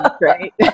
right